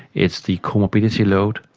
it's the co-morbidity load,